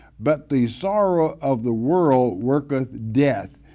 but the sorrow of the world worketh death.